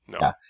No